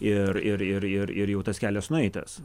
ir ir ir ir jau tas kelias nueitas